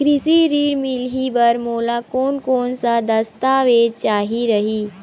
कृषि ऋण मिलही बर मोला कोन कोन स दस्तावेज चाही रही?